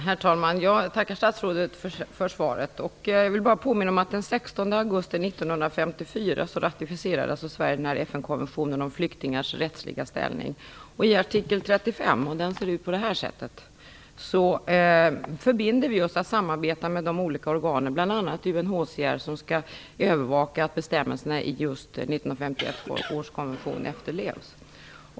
Herr talman! Jag tackar statsrådet för svaret. Jag vill påminna om att Sverige den 16 augusti 1954 ratificerade FN-konventionen om flyktingars rättsliga ställning. I artikel 35 förbinder vi oss att samarbeta med de organ, bl.a. UNHCR, som skall övervaka att bestämmelserna i 1951 års konvention efterlevs.